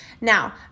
Now